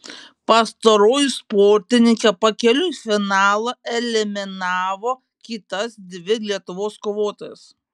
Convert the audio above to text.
pastaroji sportininkė pakeliui į finalą eliminavo kitas dvi lietuvos kovotojas